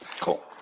cool